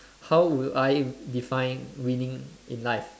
how would I define winning in life